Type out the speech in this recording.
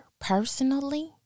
personally